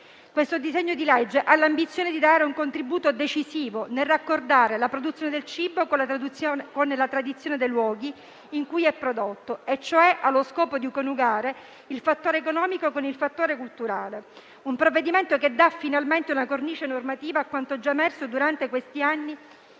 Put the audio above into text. Il disegno di legge in esame ha l'ambizione di dare un contributo decisivo nel raccordare la produzione del cibo con la tradizione dei luoghi in cui è prodotto, cioè ha lo scopo di coniugare il fattore economico con il fattore culturale. Si tratta di un provvedimento che dà finalmente una cornice normativa a quanto già emerso durante gli anni